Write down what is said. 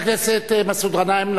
חבר הכנסת מסעוד גנאים,